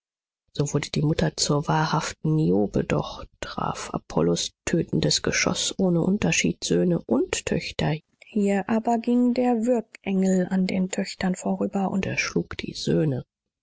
so wurde die mutter zur wahrhaften niobe doch traf apollos tötendes geschoß ohne unterschied söhne und töchter hier aber ging der würgengel an den töchtern vorüber und erschlug die söhne